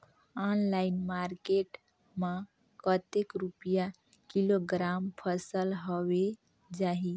Online market मां कतेक रुपिया किलोग्राम फसल हवे जाही?